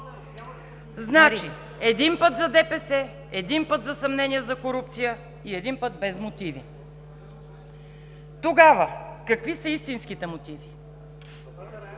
Значи, един път за ДПС, един път за съмнения за корупция и един път без мотиви. Тогава, какви са истинските мотиви?